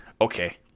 okay